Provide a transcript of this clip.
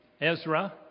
Ezra